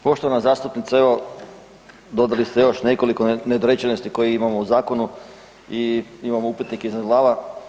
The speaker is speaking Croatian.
Poštovana zastupnice, evo dodali ste još nekoliko nedorečenosti koje imamo u zakonu i imamo upitnik iznad glava.